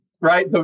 right